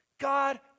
God